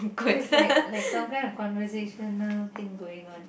is like like some kind of like conversational thing going on